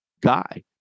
guy